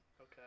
Okay